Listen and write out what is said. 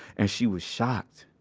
and she was shocked.